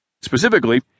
Specifically